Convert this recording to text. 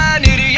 idiot